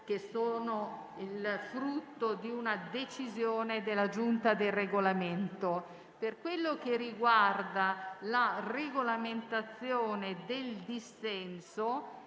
che sono il frutto di una decisione della Giunta per il Regolamento. Per quello che riguarda la regolamentazione del dissenso,